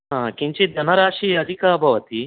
हा किञ्चिद् धनराशिः अधिकः भवति